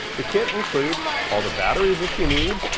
the kit includes all the batteries that you need,